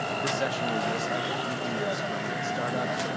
this section will list anything that's running on startup.